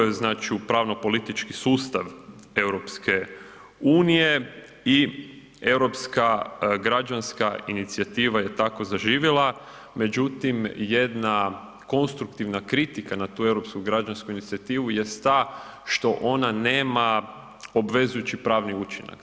Uveo je znači u pravno politički sustav EU i Europska građanska inicijativa je tako zaživjela međutim jedna konstruktivna kritika na tu Europsku građansku inicijativu jest ta što ona nema obvezujući pravni učinak.